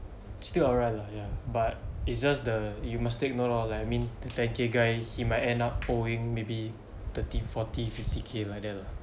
still around lah yeah but it's just the you must take note lor like I mean the ten K guy he might end up owing maybe thirty forty fifty K like that lah